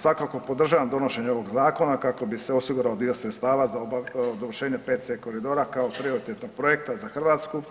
Svakako podržavam donošenje ovoga zakona kako bi se osigurao dio sredstava za dovršenje 5C koridora kao prioritetnog projekta za Hrvatsku